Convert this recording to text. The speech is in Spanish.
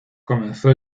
comenzó